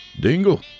Dingle